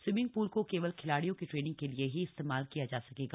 swimming pool को केवल खिलाड़ियों की ट्रेनिंग के लिए ही इस्तेमाल किया जा सकेगा